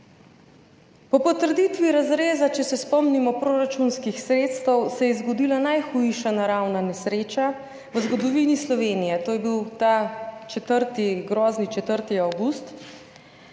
Po potrditvi razreza, če se spomnimo proračunskih sredstev, se je zgodila najhujša naravna nesreča v zgodovini Slovenije, to je bil ta grozni 4. avgust